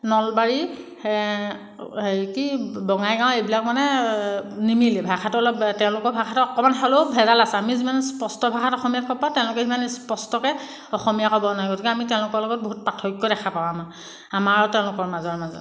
নলবাৰী হেৰি কি বঙাইগাঁও এইবিলাক মানে নিমিলে ভাষাটো অলপ তেওঁলোকৰ ভাষাটো অকণমান হ'লেও ভেজাল আছে আমি যিমান স্পষ্ট ভাষাত অসমীয়াত ক'ব পাৰোঁ তেওঁলোকে ইমান স্পষ্টকৈ অসমীয়া ক'ব নোৱাৰে গতিকে আমি তেওঁলোকৰ লগত বহুতো পাৰ্থক্য দেখা পাওঁ আমাৰ আমাৰ আৰু তেওঁলোকৰ মাজৰ মাজত